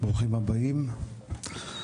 ברוכים הבאים,